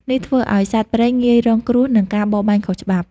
នេះធ្វើឱ្យសត្វព្រៃងាយរងគ្រោះនឹងការបរបាញ់ខុសច្បាប់។